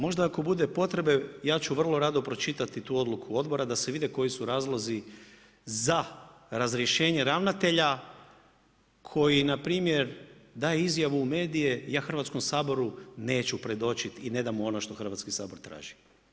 Možda ako bude potrebe ja ću vrlo rado pročitati tu odluku odbora da se vidi koji su razlozi za razrješenje ravnatelja koji napr. daje izjavu u medije ja Hrvatskom saboru neću predočiti i ne dam mu ono što Hrvatski sabor traži.